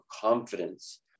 confidence